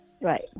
Right